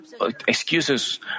excuses